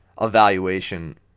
evaluation